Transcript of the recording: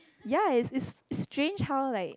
ya it's it's it's strange how like